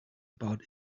about